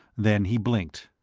then he blinked.